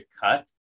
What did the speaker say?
cut